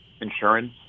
insurance